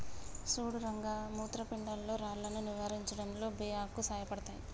సుడు రంగ మూత్రపిండాల్లో రాళ్లను నివారించడంలో బే ఆకులు సాయపడతాయి